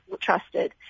trusted